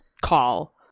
call